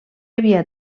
havia